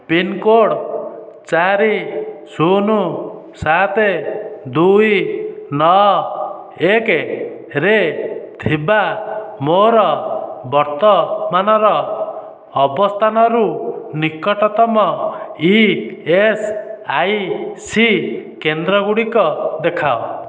pincode ଚାରି ଶୂନ ସାତ ଦୁଇ ନଅ ଏକରେ ଥିବା ମୋ'ର ବର୍ତ୍ତମାନର ଅବସ୍ଥାନରୁ ନିକଟତମ ଇଏସ୍ଆଇସି କେନ୍ଦ୍ରଗୁଡ଼ିକ ଦେଖାଅ